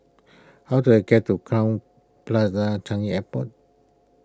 how do I get to Crowne Plaza Changi Airport